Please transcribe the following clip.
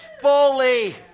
fully